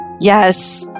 Yes